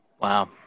Wow